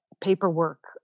paperwork